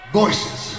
voices